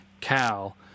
Cal